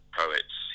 poets